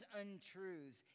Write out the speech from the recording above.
untruths